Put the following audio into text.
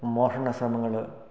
മോഷണ ശ്രമങ്ങൾ